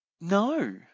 No